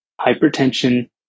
hypertension